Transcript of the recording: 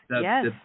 Yes